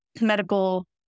medical